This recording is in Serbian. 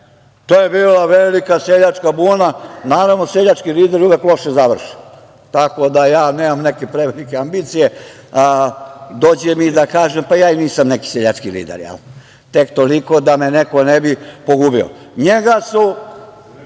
To je bila velika seljačka buna. Naravno, seljački lideri uvek loše završe. Tako da ja nemam neke prevelike ambicije. Dođe mi da kažem – pa ja i nisam neki seljački lider, tek toliko da me neko ne bi pogubio, da me